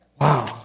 Wow